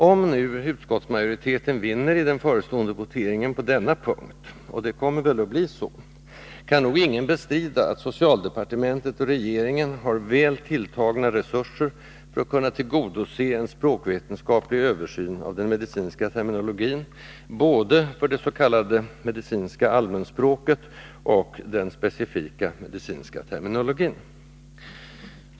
Om nu utskottsmajoriteten vinner i den förestående voteringen på denna punkt — och det kommer väl att bli så — kan nog ingen bestrida att socialdepartementet och regeringen har väl tilltagna resurser för att tillgodose en språkvetenskaplig översyn av den medicinska terminologin, både det s.k. medicinska allmänspråket och den specifikt medicinska terminologin.